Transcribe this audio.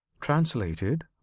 Translated